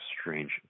strange